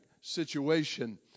situation